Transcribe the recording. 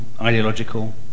ideological